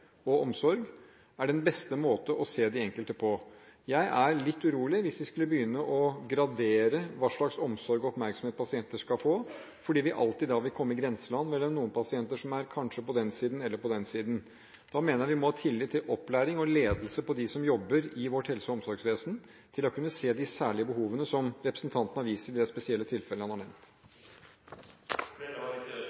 og omsorg, er den beste måte å se den enkelte på. Jeg ville blitt litt urolig hvis vi skulle begynne å gradere hva slags omsorg og oppmerksomhet pasienter skal få, fordi vi alltid da vil komme i grenseland mellom noen pasienter som er kanskje på den siden eller kanskje på den siden. Vi må ha tillit til opplæringen og ledelsen av dem som jobber i vårt helse- og omsorgsvesen – tillit til at de kan se de særlige behovene som representanten har vist til i det spesielle tilfellet han har nevnt.